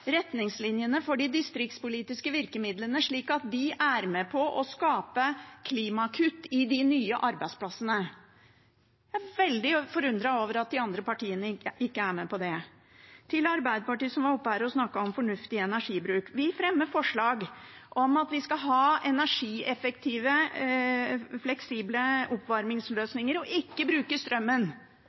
retningslinjene for de distriktspolitiske virkemidlene, slik at de er med på å sørge for klimagasskutt i de nye arbeidsplassene. Jeg er veldig forundret over at de andre partiene ikke er med på det. Til Arbeiderpartiet, som var oppe på talerstolen og snakket om fornuftig energibruk: Vi fremmer forslag om at vi skal ha energieffektive, fleksible oppvarmingsløsninger og ikke bruke strømmen